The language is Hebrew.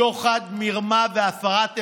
שוחד, מרמה והפרת אמונים,